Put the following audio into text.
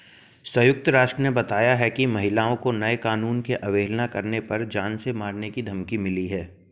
संयुक्त राष्ट्र ने बताया है कि महिलाओं को नए कानून की अवहेलना करने पर जान से मारने की धमकी मिली है